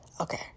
okay